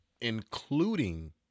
including